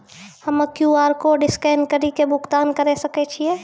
हम्मय QR code scan कड़ी के भुगतान करें सकय छियै?